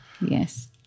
Yes